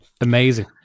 amazing